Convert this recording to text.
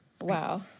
wow